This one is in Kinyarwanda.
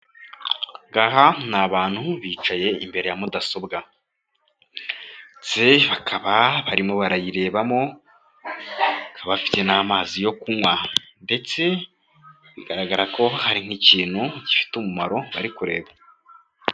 Aha ni abantu bicaye imbere ya mudasobwa bakaba barimo barayirebamo, bafite n'amazi yo kunywa ndetse bigaragara ko ari nk'ikintu gifite umumaro bari kureba.